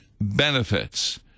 benefits